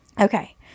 okay